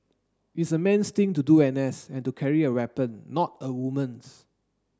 it's a man's thing to do N S and to carry a weapon not a woman's